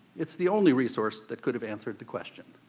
it's the only resource that could have answered the question.